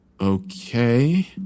Okay